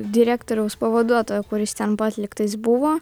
direktoriaus pavaduotojo kuris ten pat lygtais buvo